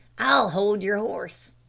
i'll hold yer horse.